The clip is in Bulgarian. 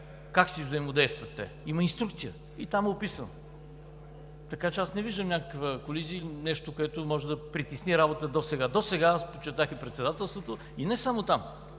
как си взаимодействат те. Има инструкция и там е описано. Не виждам някаква колизия или нещо, което може да притесни работата досега. Досега, подчертах, и Председателството, и не само там